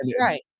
Right